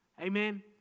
Amen